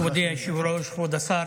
מכובדי היושב-ראש, כבוד השר,